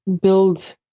build